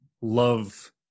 Love